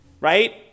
right